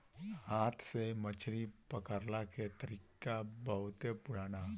हाथ से मछरी पकड़ला के तरीका बहुते पुरान ह